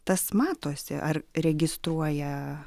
tas matosi ar registruoja